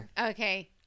Okay